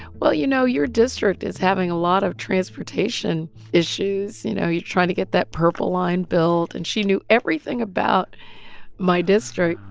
well, you know, your district is having a lot of transportation issues. you know, you're trying to get that purple line built. and she knew everything about my district.